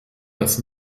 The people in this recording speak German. das